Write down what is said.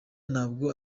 ntabwo